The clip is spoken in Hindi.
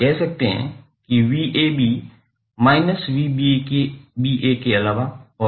आप कह सकते हैं कि 𝑣𝑎𝑏 माइनस 𝑣𝑎𝑏 के अलावा कुछ नहीं है